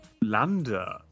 Lander